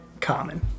common